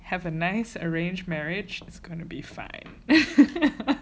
have a nice arranged marriage it's gonna be fine